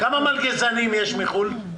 כמה מלגזנים יש מחו"ל?